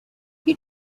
you